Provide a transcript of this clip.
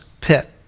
pit